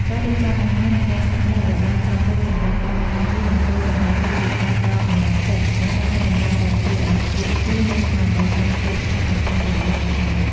ការរៀបចំអាហារ និងការស្នាក់នៅឱ្យបានសមរម្យសម្រាប់ក្រុមការងារ និងតួសម្ដែង គឺជាការផ្ដល់កម្លាំងចិត្ត និងការឱ្យតម្លៃដែលជួយឱ្យគ្រប់គ្នាមានស្មារតីចង់ធ្វើការឱ្យកាន់តែល្អប្រសើរ។